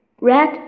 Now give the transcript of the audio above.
Red